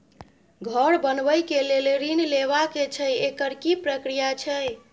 घर बनबै के लेल ऋण लेबा के छै एकर की प्रक्रिया छै?